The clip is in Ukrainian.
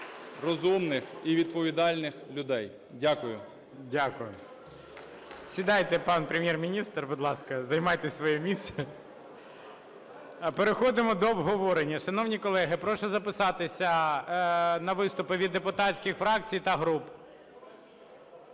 розумних і відповідальних людей. Дякую. ГОЛОВУЮЧИЙ. Дякую. Сідайте, пан Прем'єр-міністр, будь ласка, займайте своє місце. Переходимо до обговорення. Шановні колеги, прошу записатися на виступи від депутатських фракцій та груп.